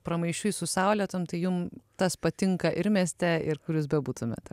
pramaišiui su saulėtom tai jum tas patinka ir mieste ir kur jūs bebūtumėt